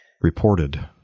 reported